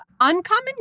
Uncommon